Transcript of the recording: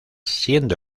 siendo